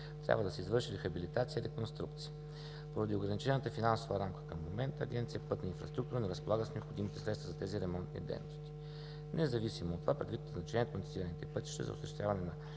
трябва да се извърши рехабилитация и реконструкция. Поради ограничената финансова рамка към момента Агенция „Пътна инфраструктура“ не разполага с необходимите средства за тези ремонтни дейности. Независимо от това предвид значението на пътищата за осъществяване на